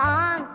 on